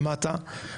למדת,